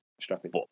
strapping